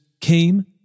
came